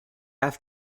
have